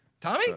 Tommy